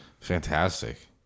Fantastic